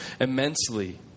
Immensely